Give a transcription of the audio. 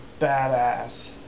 badass